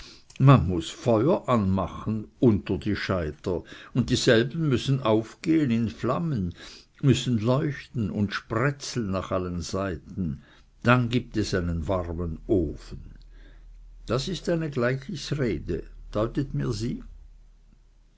man muß feuer anmachen unter die scheiter und dieselben müssen aufgehen in flammen müssen leuchten und spretzeln nach allen seiten dann gibt es einen warmen ofen das ist eine gleichnisrede deutet mir sie